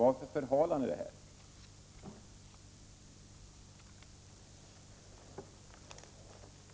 Varför förhalar ni en ändring i beskattningsreglerna?